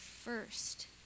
First